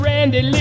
Randy